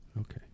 Okay